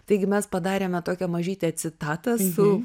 taigi mes padarėme tokią mažytę citatą su